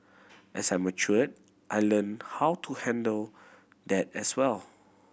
as I matured I learnt how to handle that as well